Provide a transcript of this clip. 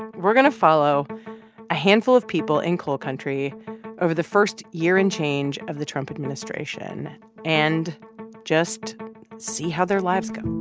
and we're going to follow a handful of people in coal country over the first year and change of the trump administration and just see how their lives go,